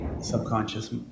subconscious